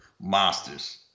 monsters